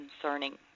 concerning